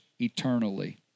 eternally